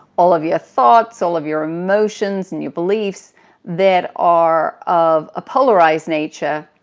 all of your thoughts, all of your emotions, and your beliefs that are of a polarized nature.